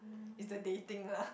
is the dating lah